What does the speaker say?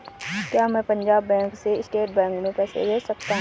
क्या मैं पंजाब बैंक से स्टेट बैंक में पैसे भेज सकता हूँ?